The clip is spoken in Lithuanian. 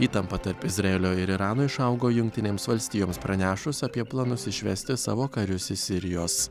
įtampa tarp izraelio ir irano išaugo jungtinėms valstijoms pranešus apie planus išvesti savo karius iš sirijos